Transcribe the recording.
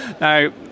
now